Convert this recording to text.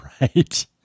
Right